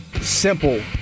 Simple